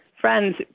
friends